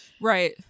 right